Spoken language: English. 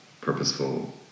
purposeful